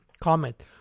Comment